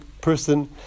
person